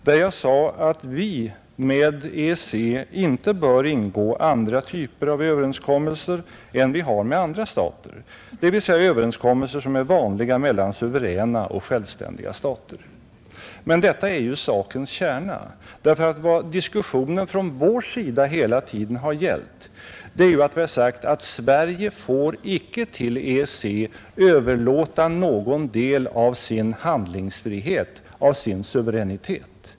Jag sade där att vi med EEC inte bör ingå andra typer av överenskommelser än vi har med övriga stater, dvs. överenskommelser som är vanliga mellan suveräna och självständiga stater. Men detta är ju sakens kärna; vad diskussionen från vår sida hela tiden har gällt är att Sverige inte till EEC får överlåta någon del av sin handlingsfrihet, sin suveränitet.